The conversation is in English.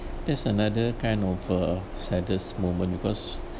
that's another kind of a saddest moment because